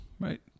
right